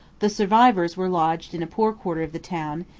the survivors were lodged in a poor quarter of the town,